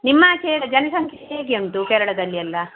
ನಿಮ್ಮ ಆಚೆ ಜನಸಂಖ್ಯೆ ಹೇಗೆ ಉಂಟು ಕೇರಳದಲ್ಲಿ ಎಲ್ಲ